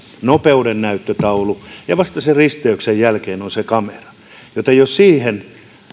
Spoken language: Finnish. nopeudennäyttötaulu ja vasta sen risteyksen jälkeen on se kamera jos siihen